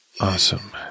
Awesome